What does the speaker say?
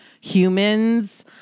humans